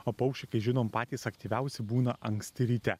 o paukščiai kai žinom patys aktyviausi būna anksti ryte